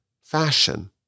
fashion